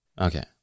Okay